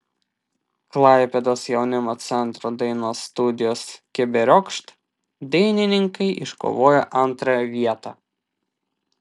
klaipėdos jaunimo centro dainos studijos keberiokšt dainininkai iškovojo antrąją vietą